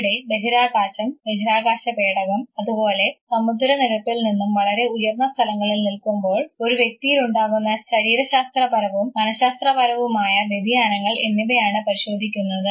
ഇവിടെ ബഹിരാകാശം ബഹിരാകാശപേടകം അതുപോലെ സമുദ്രനിരപ്പിൽ നിന്നും വളരെ ഉയർന്ന സ്ഥലങ്ങളിൽ നിൽക്കുമ്പോൾ ഒരു വ്യക്തിയിൽ ഉണ്ടാകുന്ന ശരീരശാസ്ത്രപരവും മനഃശാസ്ത്രപരവുമായ വ്യതിയാനങ്ങൾ എന്നിവയാണ് പരിശോധിക്കുന്നത്